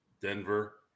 Denver